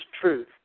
truth